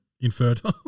Infertile